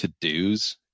to-dos